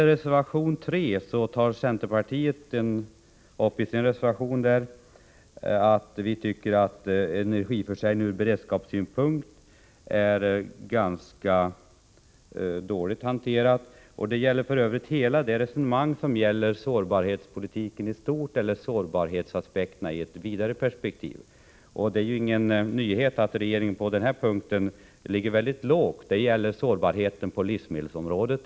I reservation 3 anför centerpartiet att energiförsörjningen ur beredskapssynpunkt är ganska dåligt hanterad. Det gäller f. ö. hela resonemanget om sårbarhetsaspekten i ett vidare perspektiv. Det är ingen nyhet att regeringen på denna punkt ligger mycket lågt. Det gäller också sårbarheten på livsmedelsområdet.